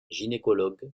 gynécologue